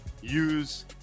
use